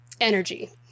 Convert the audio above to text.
energy